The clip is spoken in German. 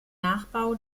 nachbau